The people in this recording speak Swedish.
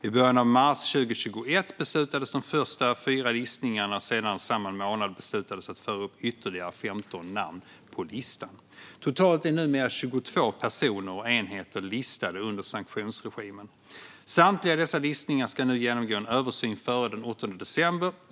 I början av mars 2021 beslutades de första fyra listningarna, och senare samma månad beslutades att föra upp ytterligare 15 namn på listan. Totalt är numera 22 personer och enheter listade under sanktionsregimen. Samtliga dessa listningar ska nu genomgå en översyn före den 8 december.